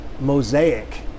mosaic